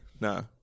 No